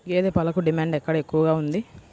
గేదె పాలకు డిమాండ్ ఎక్కడ ఎక్కువగా ఉంది?